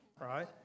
Right